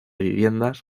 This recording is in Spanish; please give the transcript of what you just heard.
viviendas